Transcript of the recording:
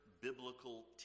biblical